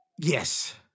Yes